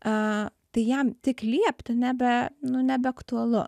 a tai jam tik liepti nebe nu nebeaktualu